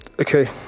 Okay